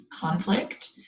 conflict